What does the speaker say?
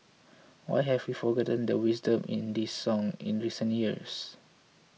why have we forgotten the wisdom in this song in recent years